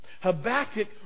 Habakkuk